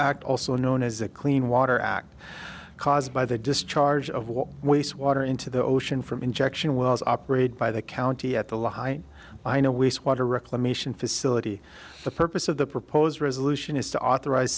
act also known as a clean water act caused by the discharge of what waste water into the ocean from injection wells operated by the county at the low hight i know waste water reclamation facility the purpose of the proposed resolution is to authorize